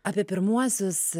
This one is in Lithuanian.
apie pirmuosius